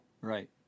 Right